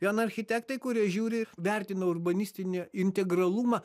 vien architektai kurie žiūri vertina urbanistinį integralumą